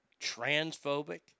transphobic